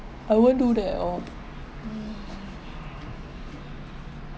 I won't do that oh